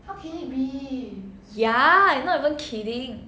ya I'm not even kidding